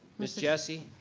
ms. jessie?